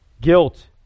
Guilt